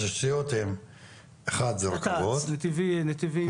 התשתיות, אחד, זה רכבות --- נת"צ, נתיבים.